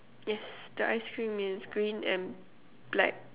yes the ice cream is green and black